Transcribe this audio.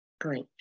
Great